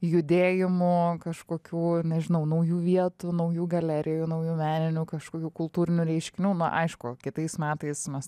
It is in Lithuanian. judėjimų kažkokių nežinau naujų vietų naujų galerijų naujų meninių kažkokių kultūrinių reiškinių nu aišku kitais metais mes